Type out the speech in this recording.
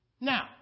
Now